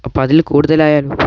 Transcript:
അപ്പോൾ അതിൽ കൂടുതലായാലോ